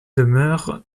demeurent